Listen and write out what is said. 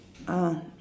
ah